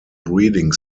breeding